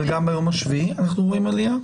אבל גם ביום השביעי אנחנו רואים עלייה?